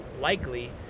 likely